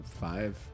Five